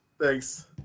Thanks